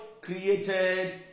created